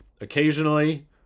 occasionally